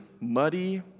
muddy